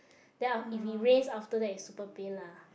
then if it rains after that is super pain lah